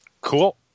cool